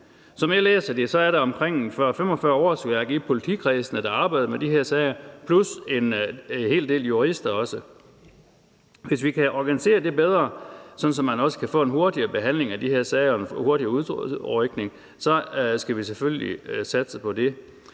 Som jeg læser det, er der omkring 40-45 årsværk i politikredsene, som arbejder med de her sager, plus en hel del jurister. Hvis vi kan organisere det bedre, sådan at man også kan få en hurtigere behandling af de her sager og en hurtigere udrykning, så skal vi selvfølgelig satse på det.